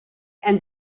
and